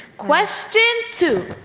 question two.